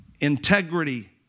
Integrity